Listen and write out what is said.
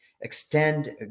extend